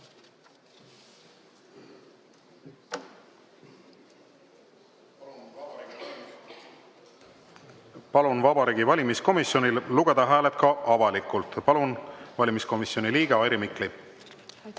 Palun Vabariigi Valimiskomisjonil lugeda hääled ka avalikult. Palun, valimiskomisjoni liige Airi Mikli!